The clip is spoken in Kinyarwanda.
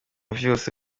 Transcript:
vyose